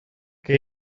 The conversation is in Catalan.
que